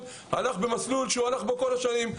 הלך במסלול שהוא הלך בו כל השנים,